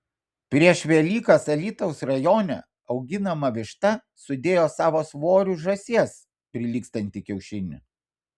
prieš velykas alytaus rajone auginama višta sudėjo savo svoriu žąsies prilygstantį kiaušinį